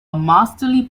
masterly